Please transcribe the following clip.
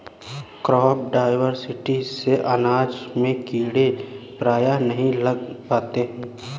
crop diversity से अनाज में कीड़े प्रायः नहीं लग पाते हैं